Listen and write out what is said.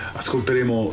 ascolteremo